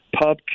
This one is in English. pub